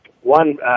one